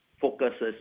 focuses